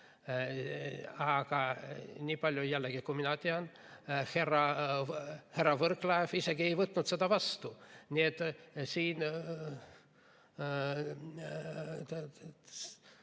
Aga nii palju, jällegi, kui mina tean, härra Võrklaev isegi ei võtnud seda vastu. Nii et siin